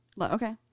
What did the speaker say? Okay